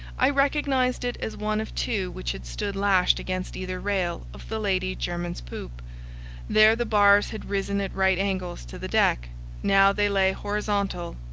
i recognized it as one of two which had stood lashed against either rail of the lady jermyn's poop there the bars had risen at right angles to the deck now they lay horizontal,